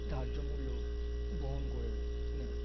ধার্য মূল্য বহন করে নেয়